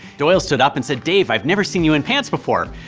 doyle stood up and said, dave, i've never seen you in pants before.